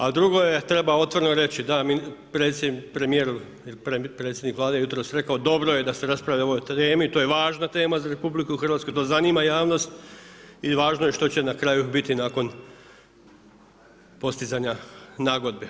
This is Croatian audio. A drugo je, treba otvoreno reći, da premjer ili predsjednik Vlade jutros rekao, dobro je da se raspravlja o ovoj temi, to je važna tema za RH, to zanima javnost i važno je što će na kraju biti nakon postizanja nagodbe.